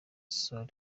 sol